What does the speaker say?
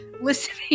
listening